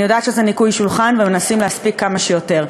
אני יודעת שזה ניקוי שולחן ומנסים להספיק כמה שיותר,